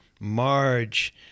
Marge